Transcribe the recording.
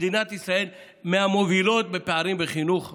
מדינת ישראל מהמובילות בפערים בחינוך בעולם.